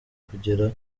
kugera